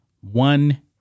one